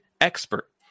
expert